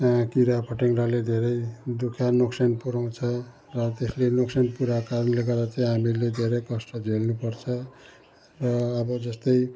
किरा फटेङ्ग्राले धेरै दुःख नोकसान पुऱ्याउँछ र त्यसले नोकसान पुऱ्याएको कारणले गर्दा चाहिँ हामीले धेरै कष्ट झेल्नु पर्छ र अब जस्तै